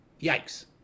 Yikes